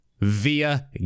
Via